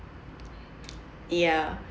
ya